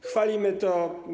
Chwalimy to.